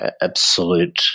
absolute